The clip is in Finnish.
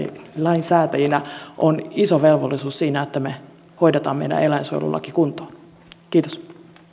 lainsäätäjinä on iso velvollisuus siinä että me hoidamme meidän eläinsuojelulain kuntoon kiitos